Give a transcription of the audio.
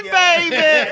baby